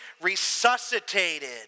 resuscitated